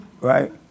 Right